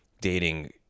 dating